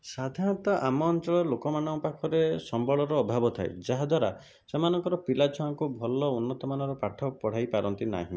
ସାଧାରଣତଃ ଆମ ଅଞ୍ଚଳର ଲୋକମାନଙ୍କ ପାଖରେ ସମ୍ବଳର ଅଭାବ ଥାଏ ଯାହାଦ୍ୱାରା ସେମାନଙ୍କର ପିଲାଛୁଆଙ୍କୁ ଭଲ ଉନ୍ନତମାନର ପାଠ ପଢ଼ାଇ ପାରନ୍ତି ନାହିଁ